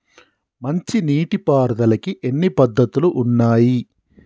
మంచి నీటి పారుదలకి ఎన్ని పద్దతులు ఉన్నాయి?